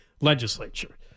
legislature